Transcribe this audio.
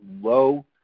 low